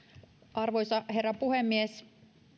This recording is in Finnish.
arvoisa herra puhemies